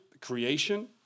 Creation